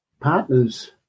Partners